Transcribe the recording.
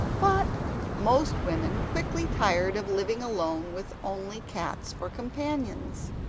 but most women quickly tired of living alone with only cats for companions,